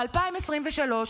ב-2023,